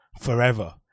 forever